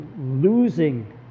losing